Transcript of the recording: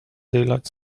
daylight